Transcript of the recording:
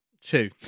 Two